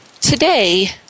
today